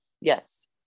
Yes